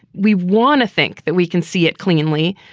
we want to think that we can see it cleanly,